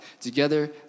Together